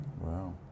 Wow